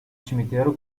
cimitero